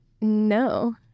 no